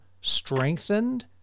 strengthened